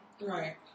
right